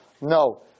no